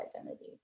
identity